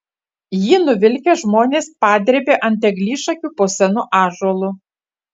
jį nuvilkę žmonės padrėbė ant eglišakių po senu ąžuolu